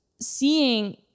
seeing